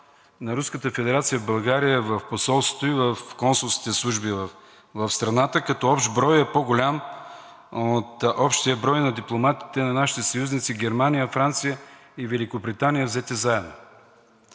в България в посолството и в консулските служби в страната като общ брой е по-голям от общия брой на дипломатите на нашите съюзници Германия, Франция и Великобритания взети заедно.